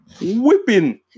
Whipping